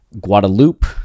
Guadalupe